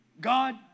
God